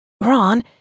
Ron